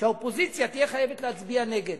שהאופוזיציה תהיה חייבת להצביע נגד.